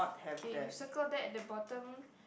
okay you circle that at the bottom